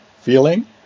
feeling